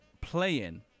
playing